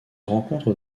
rencontre